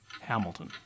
Hamilton